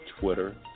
Twitter